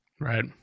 Right